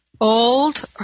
old